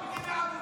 נו, באמת.